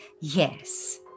yes